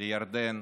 ירדן,